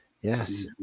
Yes